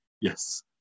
Yes